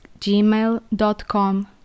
gmail.com